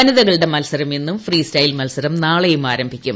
വനിതകളുടെ മത്സരം ഇന്നും ഫ്രീസ്റ്റെൽ മത്സരം നാളെയും ആരംഭിക്കും